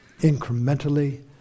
incrementally